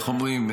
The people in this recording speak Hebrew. איך אומרים,